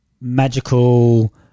magical